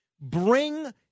bring